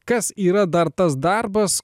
kas yra dar tas darbas